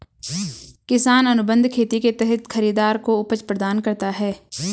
किसान अनुबंध खेती के तहत खरीदार को उपज प्रदान करता है